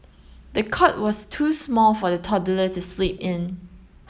the cot was too small for the toddler to sleep in